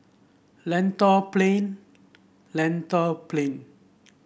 Lentor Plain Lentor Plain